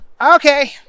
Okay